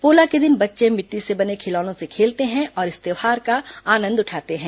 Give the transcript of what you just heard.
पोला के दिन बच्चे मिट्टी से बने खिलौनों से खेलते हैं और इस त्यौहार का आनंद उठाते हैं